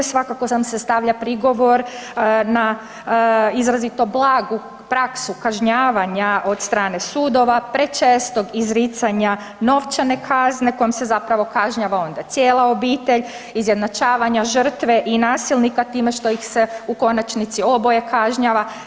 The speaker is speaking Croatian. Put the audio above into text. Svakako nam se stavlja prigovor na izrazito blagu praksu kažnjavanja od strane sudova, prečestog izricanja novčane kazne kojom se zapravo kažnjava onda cijela obitelj, izjednačavanje žrtva i nasilnika time što ih se u konačnici oboje kažnjava.